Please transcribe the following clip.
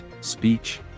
speech